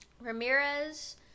Ramirez